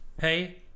hey